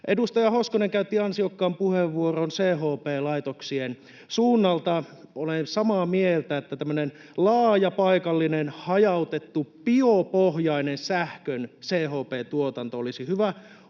Edustaja Hoskonen käytti ansiokkaan puheenvuoron CHP-laitoksien suunnalta. Olen samaa mieltä, että tämmöinen laaja, paikallinen, hajautettu, biopohjainen sähkön CHP-tuotanto olisi hyvä